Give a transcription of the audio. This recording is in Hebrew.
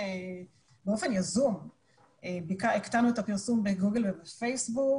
באופן יזום הקטנו את הפרסום בגוגל ובפייסבוק